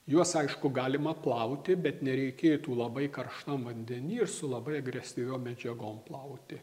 juos aišku galima plauti bet nereikėtų labai karštam vandenį ir su labai agresyviom medžiagom plauti